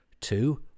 two